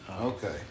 Okay